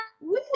Woo